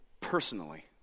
personally